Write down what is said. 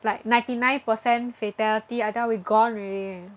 like ninety nine percent fatality I tell you we gone already